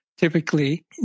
Typically